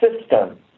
system